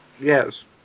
Yes